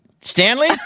Stanley